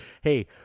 Hey